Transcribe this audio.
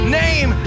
name